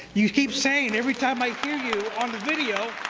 you keep saying every time i hear you on the video,